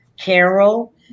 Carol